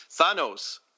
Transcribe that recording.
Thanos